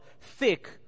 thick